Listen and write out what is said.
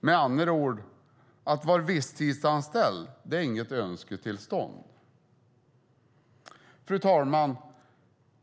Med andra ord: Att vara visstidsanställd är inget önsketillstånd. Fru talman!